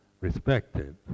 respected